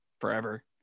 forever